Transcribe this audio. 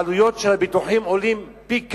העלויות של הביטוחים הן פי כמה.